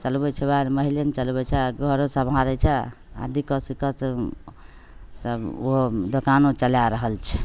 चलबै छै वएह आओर महिले ने चलबै छै आओर घरो सम्हारै छै आओर दिक्कत सिक्कतसे तब ओ दोकानो चलै रहल छै